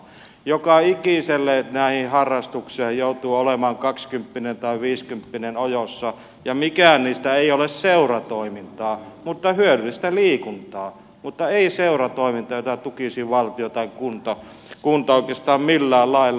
joka ikiseen näistä harrastuksista joutuu olemaan kaksikymppinen tai viisikymppinen ojossa ja mikään niistä ei ole seuratoimintaa ne ovat hyödyllistä liikuntaa mutta ei seuratoimintaa jota tukisi valtio tai kunta oikeastaan millään lailla